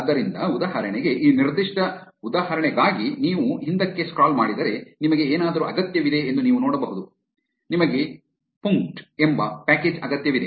ಆದ್ದರಿಂದ ಉದಾಹರಣೆಗೆ ಈ ನಿರ್ದಿಷ್ಟ ಉದಾಹರಣೆಗಾಗಿ ನೀವು ಹಿಂದಕ್ಕೆ ಸ್ಕ್ರಾಲ್ ಮಾಡಿದರೆ ನಿಮಗೆ ಏನಾದರೂ ಅಗತ್ಯವಿದೆ ಎಂದು ನೀವು ನೋಡಬಹುದು ನಿಮಗೆ ಪುಂಕ್ಟ್ ಎಂಬ ಪ್ಯಾಕೇಜ್ ಅಗತ್ಯವಿದೆ